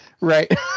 Right